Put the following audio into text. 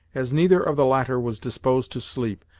as neither of the latter was disposed to sleep,